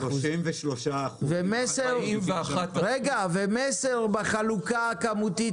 41%. "מסר" בחלוקה הכמותית,